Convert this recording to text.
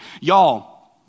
Y'all